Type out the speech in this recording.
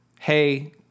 hey